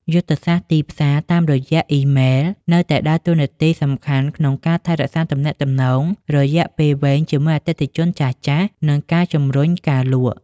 យុទ្ធសាស្ត្រទីផ្សារតាមរយៈអ៊ីមែល នៅតែដើរតួនាទីសំខាន់ក្នុងការថែរក្សាទំនាក់ទំនងរយៈពេលវែងជាមួយអតិថិជនចាស់ៗ និងការជំរុញការលក់។